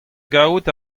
gaout